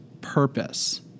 purpose